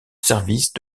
service